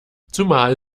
zumal